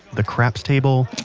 the craps table,